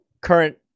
current